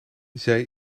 zij